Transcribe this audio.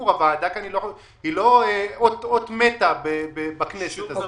הוועדה היא לא אות מתה בכנסת הזאת.